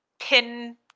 Pin